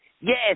Yes